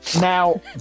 Now